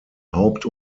haupt